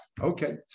Okay